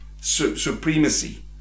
Supremacy